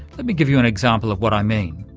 let me give you an example of what i mean.